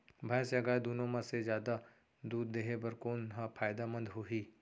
भैंस या गाय दुनो म से जादा दूध देहे बर कोन ह फायदामंद होही?